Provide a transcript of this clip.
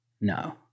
No